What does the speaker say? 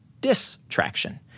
distraction